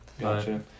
Gotcha